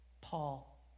Paul